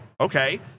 okay